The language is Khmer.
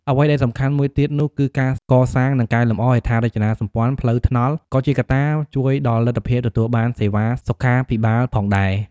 អ្វីដែលសំខាន់មួយទៀតនោះ គឺការកសាង និងកែលម្អ ហេដ្ឋារចនាសម្ព័ន្ធផ្លូវថ្នល់ ក៏ជាកត្តាជួយដល់លទ្ធភាពទទួលបានសេវាសុខាភិបាលផងដែរ។